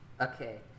Okay